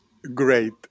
Great